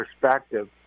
perspective